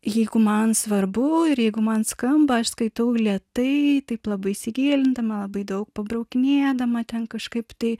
jeigu man svarbu ir jeigu man skamba aš skaitau lėtai taip labai įsigilindama labai daug pabraukinėdama ten kažkaip tai